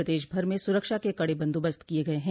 प्रदेश भर में सूरक्षा के कड़े बंदोबस्त किये गये हैं